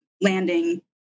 landing